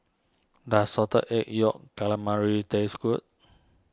does Salted Egg Yolk Calamari taste good